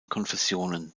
konfessionen